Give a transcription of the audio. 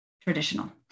traditional